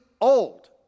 old